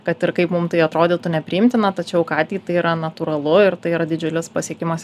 kad ir kaip mum tai atrodytų nepriimtina tačiau katei tai yra natūralu ir tai yra didžiulis pasiekimas